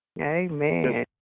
Amen